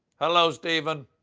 hello, stephen.